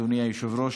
אדוני היושב-ראש,